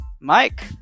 Mike